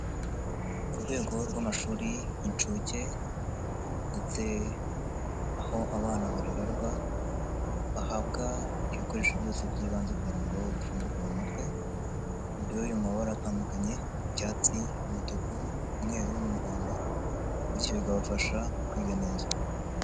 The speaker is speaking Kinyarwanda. Mu rwego rw'amashuri y'incuke ndetse aho abana barererwa bahabwa ibikoresho byose by'ibanze kugira ngo bafunguke mu mutwe biri mu mabara atandukanye icyatsi, umutuku, umweru, n'umuhondo, bityo bikabafasha mu kwiga neza.